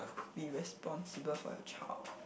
be responsible for your child